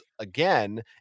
again